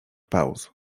pauz